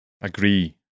agree